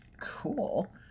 Cool